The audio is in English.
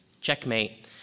checkmate